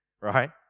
Right